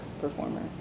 performer